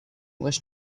west